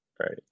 Right